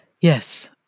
Yes